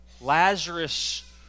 Lazarus